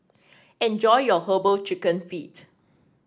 enjoy your herbal chicken feet